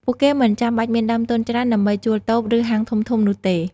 ពួកគេមិនចាំបាច់មានដើមទុនច្រើនដើម្បីជួលតូប ឬហាងធំៗនោះទេ។